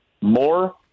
more